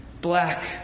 black